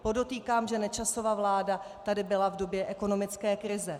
Podotýkám, že Nečasova vláda tady byla v době ekonomické krize.